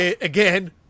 again